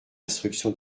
instruction